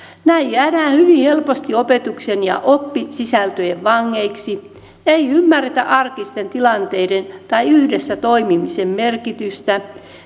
näin jäädään hyvin helposti opetuksen ja oppisisältöjen vangeiksi ei ymmärretä arkisten tilanteiden tai yhdessä toimimisen merkitystä